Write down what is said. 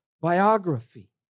biography